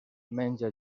menja